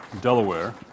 Delaware